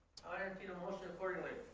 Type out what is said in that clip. you know motion accordingly.